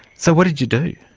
so what did you do?